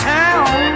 town